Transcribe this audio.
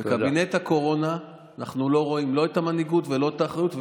בקבינט הקורונה אנחנו לא רואים לא את המנהיגות ולא את האחריות,